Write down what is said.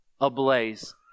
ablaze